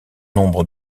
nombre